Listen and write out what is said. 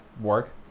work